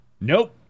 nope